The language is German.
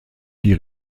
die